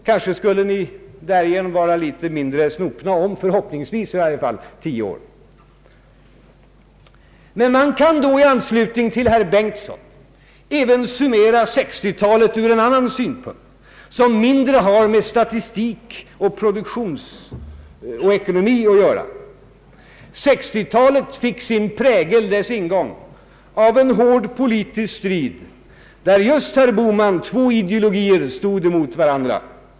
Kanske skulle ni därigenom bli litet mindre snopna om förhoppningsvis tio år: Man kan i anslutning till herr Bengtsons anförande summera 1960-talet även från en annan synpunkt som mindre har med statistik och ekonomi att göra. 1960 talets ingång fick sin prägel av en hård politisk strid där, herr Bohman, just två ideologier stod emot varandra.